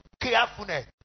carefulness